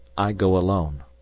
i go alone.